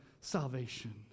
salvation